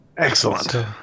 excellent